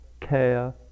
care